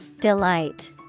Delight